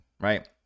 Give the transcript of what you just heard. right